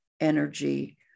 energy